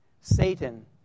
Satan